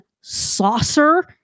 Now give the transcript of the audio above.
saucer